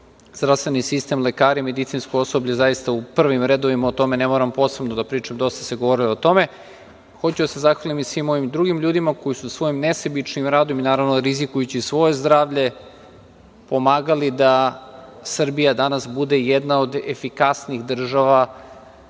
zdravstveni sistem, lekari i medicinsko osoblje u prvim redovima, o tome ne moramo posebno da pričam, dosta se govorilo o tome. Hoću da se zahvalim i svim ovim drugim ljudima koji su svojim nesebičnim radom i rizikujući svoje zdravlje pomagali da Srbija danas bude jedna od efikasnijih država